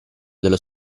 dello